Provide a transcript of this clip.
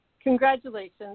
congratulations